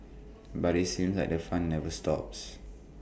but IT seems like the fun never stops